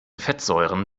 fettsäuren